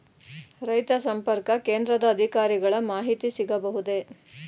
ರೈತ ಸಂಪರ್ಕ ಕೇಂದ್ರದ ಅಧಿಕಾರಿಗಳ ಮಾಹಿತಿ ಸಿಗಬಹುದೇ?